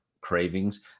cravings